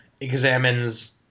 examines